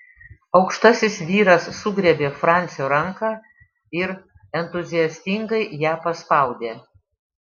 aukštasis vyras sugriebė francio ranką ir entuziastingai ją paspaudė